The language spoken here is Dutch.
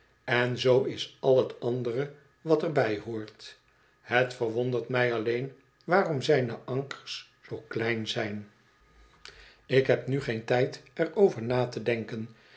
en zoo is al het andere wat er bij behoort het verwondert mij alleen waarom zijne ankers zoo klein zijn ik heb nu geen tijd er over na te denken